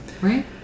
Right